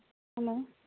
hello